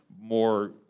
more